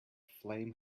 flame